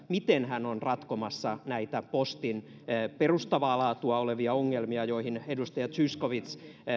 miten hän on ratkomassa näitä postin perustavaa laatua olevia ongelmia joihin edustaja zyskowicz